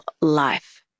life